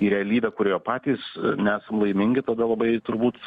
į realybę kurioje patys nesam laimingi tada labai turbūt